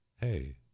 hey